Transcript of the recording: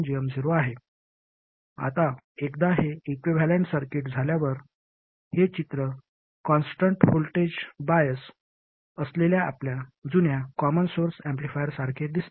आता एकदा हे इक्विव्हॅलेंट सर्किट झाल्यावर हे चित्र कॉन्स्टन्ट व्होल्टेज बायस असलेल्या आपल्या जुन्या कॉमन सोर्स ऍम्प्लिफायरसारखे दिसते